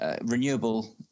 renewable